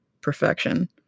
perfection